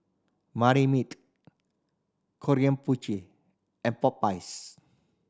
Marmite Krombacher and Popeyes